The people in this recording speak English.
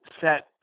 set